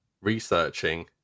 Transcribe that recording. researching